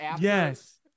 yes